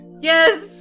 Yes